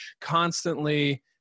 constantly